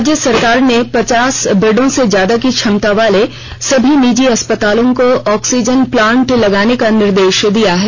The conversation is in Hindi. राज्य सरकार ने पचास बेडों से ज्यादा की क्षमता वाले सभी निजी अस्पतालों को ऑक्सीजन प्लांट लगाने का निर्देश दिया है